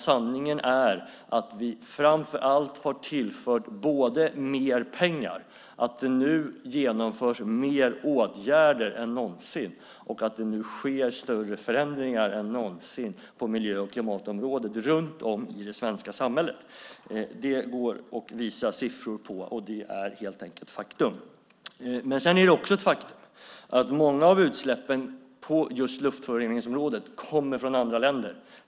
Sanningen är att vi har tillfört mer pengar, att det nu genomförs fler åtgärder än någonsin och att det nu sker större förändringar än någonsin runt om i det svenska samhället på miljö och klimatområdet. Det går det att visa siffror på. Det är helt enkelt ett faktum. Sedan är det också ett faktum att många av utsläppen på luftföroreningarnas område kommer från andra länder.